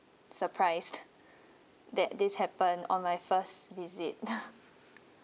surprised that this happened on my first visit